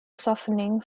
softening